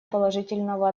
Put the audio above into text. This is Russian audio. положительного